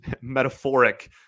metaphoric